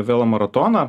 vėl maratoną